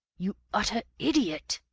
you utter idiot!